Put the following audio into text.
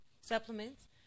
supplements